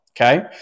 Okay